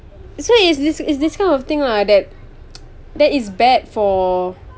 this one is is this this kind of thing lah that that is bad for